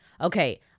okay